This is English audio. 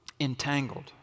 entangled